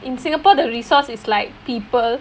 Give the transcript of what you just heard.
in singapore the resource is like people